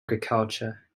agriculture